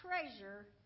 treasure